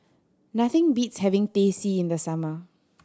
nothing beats having Teh C in the summer